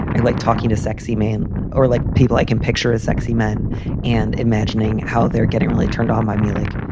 i like talking to sexy man or like people. i can picture a sexy man and imagining how they're getting really turned on by me, like,